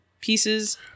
pieces